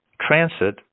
transit